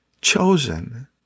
chosen